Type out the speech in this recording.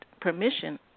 permission